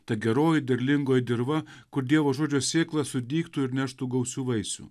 ta geroji derlingoji dirva kur dievo žodžio sėkla sudygtų ir neštų gausių vaisių